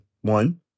one